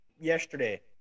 yesterday